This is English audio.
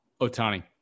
Otani